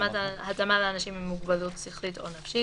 (התאמה לאנשים עם מוגבלות שכלית או נפשית),